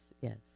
yes